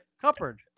Cupboard